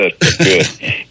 Good